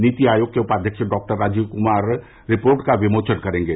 नीति आयोग के उपाध्यक्ष डॉ राजीव कुमार रिपोर्ट का विमोचन करेंगे